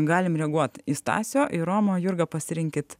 galime reaguoti į stasio ir romo jurga pasirinkit